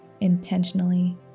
intentionally